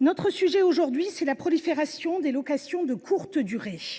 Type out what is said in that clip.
Avec cette proposition de loi, nous nous penchons sur la prolifération des locations de courte durée,